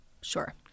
Sure